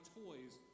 toys